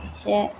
एसे